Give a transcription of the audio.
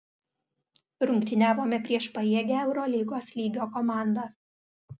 rungtyniavome prieš pajėgią eurolygos lygio komandą